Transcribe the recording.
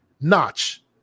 Notch